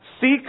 Seek